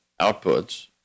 outputs